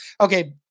okay